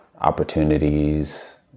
opportunities